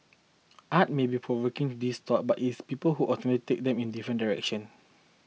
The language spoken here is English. art may be provoking these thoughts but it is people who ultimately take them in different direction